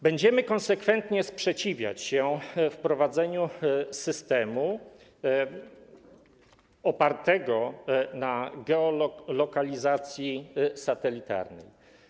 Będziemy konsekwentnie sprzeciwiać się wprowadzeniu systemu opartego na geolokalizacji satelitarnej.